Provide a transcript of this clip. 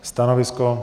Stanovisko?